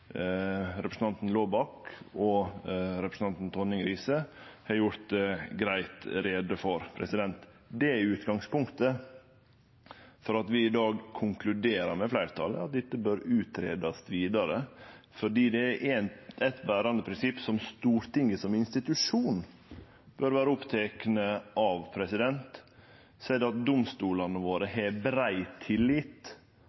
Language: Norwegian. representanten Laabak, synest representanten Tonning Riise har gjort greitt greie for. Det er utgangspunktet for at vi i dag konkluderer med fleirtalet: Dette bør greiast ut vidare, for er det eitt berande prinsipp som Stortinget som institusjon bør vere oppteke av, er det at domstolane våre